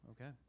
okay